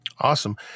Awesome